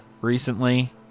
recently